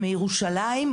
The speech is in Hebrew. מירושלים,